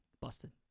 Busted